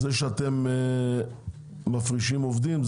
אתם מפרישים עובדים,